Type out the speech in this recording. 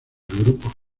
grupo